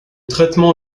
traitement